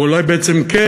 אולי בעצם כן.